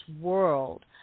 world